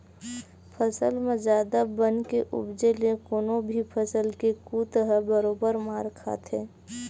फसल म जादा बन के उपजे ले कोनो भी फसल के कुत ह बरोबर मार खाथे